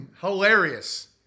Hilarious